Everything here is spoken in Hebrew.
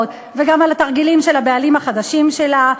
וגם על התרגילים של הבעלים החדשים שלה,